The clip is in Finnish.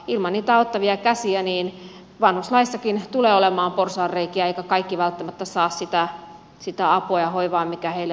ilman niitä auttavia käsiä vanhuslaissakin tulee olemaan porsaanreikiä eivätkä kaikki välttämättä saa sitä apua ja hoivaa mikä heille on tarkoitettu